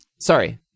Sorry